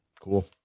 Cool